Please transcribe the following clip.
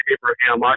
Abraham